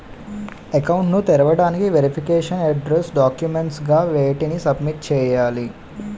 Account ను తెరవటానికి verification address documents గా వేటిని సబ్మిట్ చేయాలి?